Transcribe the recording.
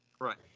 Right